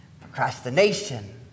Procrastination